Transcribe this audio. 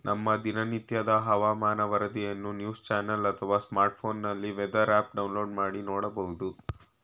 ನಮ್ಮ ದಿನನಿತ್ಯದ ಹವಾಮಾನ ವರದಿಯನ್ನು ನ್ಯೂಸ್ ಚಾನೆಲ್ ಅಥವಾ ಸ್ಮಾರ್ಟ್ಫೋನ್ನಲ್ಲಿ ವೆದರ್ ಆಪ್ ಡೌನ್ಲೋಡ್ ಮಾಡಿ ನೋಡ್ಬೋದು